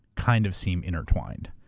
kind of seemed intertwined.